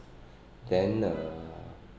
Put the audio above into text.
then uh